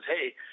Hey